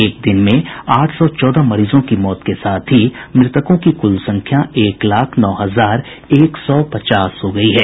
एक दिन में आठ सौ चौदह मरीजों की मौत के साथ ही मृतकों की कुल संख्या एक लाख नौ हजार एक सौ पचास हो गई है